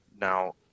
now